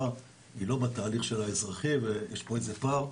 היא לא בתהליך של האזרחי ויש פה איזה פער.